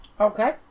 Okay